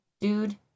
dude